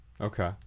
Okay